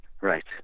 Right